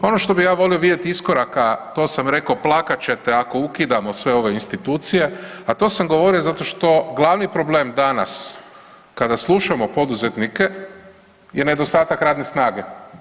Ono što bi ja volio vidjeti iskoraka, a to sam rekao, plakat ćete ako ukidamo sve ove institucije, a to sam govorio zato što glavni problem danas kada slušamo poduzetnike je nedostatak radne snage.